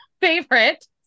favorite